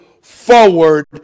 forward